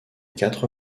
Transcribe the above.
quatre